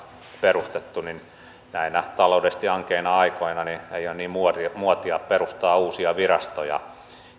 perustettu eikä näinä taloudellisesti ankeina aikoina ole niin muotia muotia perustaa uusia virastoja